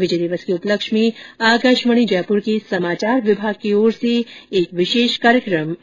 विजय दिवस के उपलक्ष्य में आकाशवाणी जयपुर के समाचार विभाग की ओर से विशेष कार्यक्रम